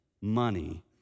money